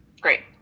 Great